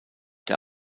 der